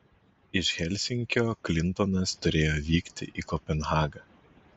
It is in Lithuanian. iš helsinkio klintonas turėjo vykti į kopenhagą